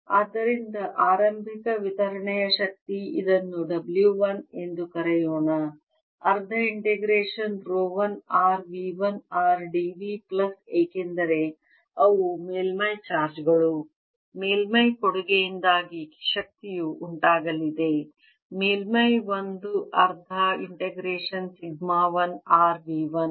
ρ1 → ρ2 ρ1f ρ2−ρ1 0≤ f ≤1 V1→V2 V1f ρ2−ρ1 0≤ f ≤1 ಆದ್ದರಿಂದ ಆರಂಭಿಕ ವಿತರಣೆಯ ಶಕ್ತಿ ಇದನ್ನು W 1 ಎಂದು ಕರೆಯೋಣ ಅರ್ಧ integration rho 1 r V 1 r dv plus ಏಕೆಂದರೆ ಅವು ಮೇಲ್ಮೈ ಚಾರ್ಜ್ ಗಳು ಮೇಲ್ಮೈ ಕೊಡುಗೆಯಿಂದಾಗಿ ಶಕ್ತಿಯು ಉಂಟಾಗಲಿದೆ ಮೇಲ್ಮೈಯಲ್ಲಿ 1 ಅರ್ಧ ಇಂಟಿಗ್ರೇಶನ್ ಸಿಗ್ಮಾ 1 r V 1